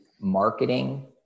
marketing